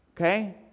Okay